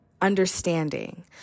understanding